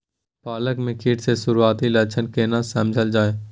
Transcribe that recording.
पालक में कीट के सुरआती लक्षण केना समझल जाय?